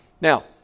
Now